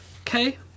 Okay